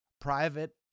Private